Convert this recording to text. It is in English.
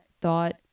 thought